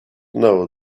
know